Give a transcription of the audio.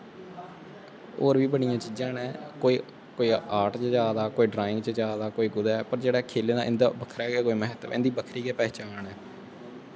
होर बी बड़ियां चीजां न कोई आर्ट च जैदा कोई ड्राईंग च जाऽ दा कोई कुदै पर जेह्ड़ा खेलें दा इं'दा बक्खरा गै म्हत्तव ऐ इं'दी बक्खरी गै पंछान ऐ